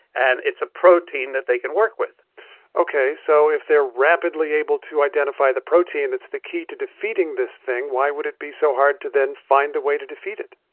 and it's a protein that they can work with ok. so if they're rapidly able to identify the protein that's the key to defeating this thing, why would it be so hard to then find a way to defeat it?